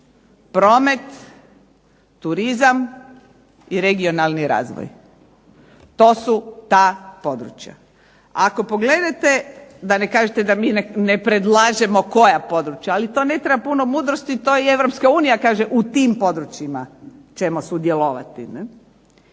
promet, turizam i regionalni razvoj. To su ta područja. Ako pogledate, da ne kažete da mi ne predlažemo koja područja, ali to ne treba puno mudrosti to i EU kaže u tim područjima ćemo sudjelovati.